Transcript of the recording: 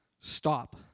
stop